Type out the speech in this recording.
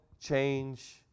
change